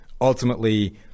ultimately –